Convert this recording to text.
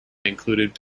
included